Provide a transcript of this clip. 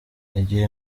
igihe